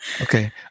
Okay